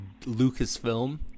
lucasfilm